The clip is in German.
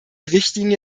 richtlinie